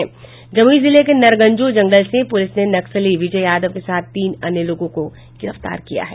जमुई जिले के नरगंजो जंगल से पुलिस ने नक्सली विजय यादव के साथ तीन अन्य लोगों को गिरफ्तार किया है